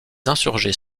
insurgés